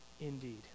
indeed